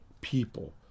people